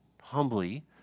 humbly